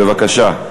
בבקשה.